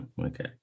okay